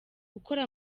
gukora